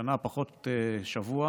שנה פחות שבוע